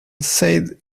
said